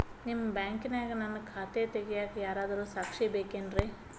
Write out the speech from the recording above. ನಿಮ್ಮ ಬ್ಯಾಂಕಿನ್ಯಾಗ ನನ್ನ ಖಾತೆ ತೆಗೆಯಾಕ್ ಯಾರಾದ್ರೂ ಸಾಕ್ಷಿ ಬೇಕೇನ್ರಿ?